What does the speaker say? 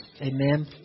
Amen